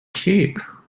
cheap